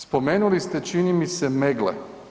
Spomenuli ste, čini mi se, Meggle.